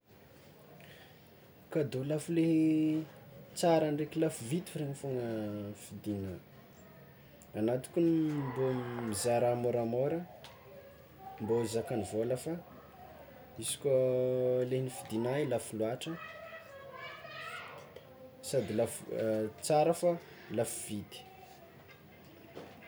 Kadô lafo le tsara ndraiky lafo vidy fo regny fôgna fidinao, ana tokony mbô mizaha raha môramôra mbô zakan'ny vôla fa izy koa le nifidinao io lafo loatra, sady lafo, tsara fa lafo vidy.